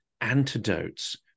antidotes